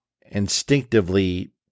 instinctively